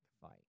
fight